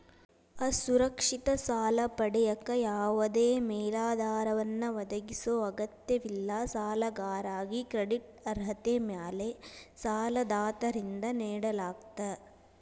ಅಸುರಕ್ಷಿತ ಸಾಲ ಪಡೆಯಕ ಯಾವದೇ ಮೇಲಾಧಾರವನ್ನ ಒದಗಿಸೊ ಅಗತ್ಯವಿಲ್ಲ ಸಾಲಗಾರಾಗಿ ಕ್ರೆಡಿಟ್ ಅರ್ಹತೆ ಮ್ಯಾಲೆ ಸಾಲದಾತರಿಂದ ನೇಡಲಾಗ್ತ